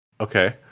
okay